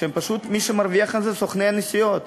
מי שמרוויחים מזה אלה סוכני הנסיעות.